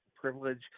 privilege